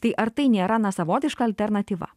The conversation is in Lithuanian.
tai ar tai nėra na savotiška alternatyva